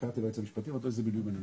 חבר הכנסת פינדרוס, זה גם תלוי בכם.